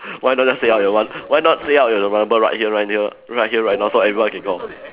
why don't just say out your one why not say out your number right here right here right here right now so everyone can call